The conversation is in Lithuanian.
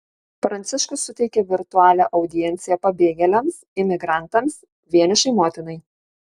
pranciškus suteikė virtualią audienciją pabėgėliams imigrantams vienišai motinai